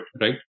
right